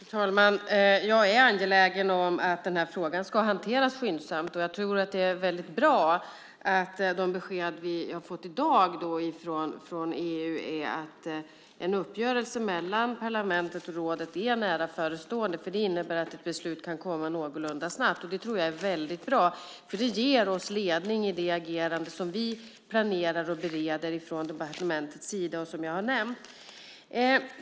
Fru talman! Jag är angelägen om att denna fråga ska hanteras skyndsamt. Jag tror att det är väldigt bra att de besked som jag har fått i dag från EU är att en uppgörelse mellan parlamentet och rådet är nära förestående. Det innebär att ett beslut kan komma någorlunda snabbt. Det tror jag är väldigt bra. Det ger oss ledning i det agerande som vi planerar och bereder från departementets sida och som jag har nämnt.